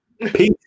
Peace